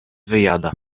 wyjada